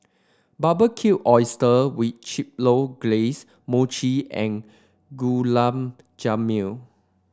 Barbecued Oyster with Chipotle Glaze Mochi and Gulab Jamun